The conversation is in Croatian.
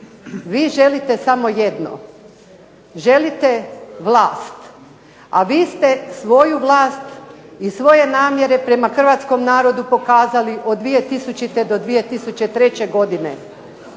Vi želite samo jedno, želite vlast. A vi ste svoju vlast i svoje namjere prema hrvatskom narodu pokazali od 2000. do 2003. godine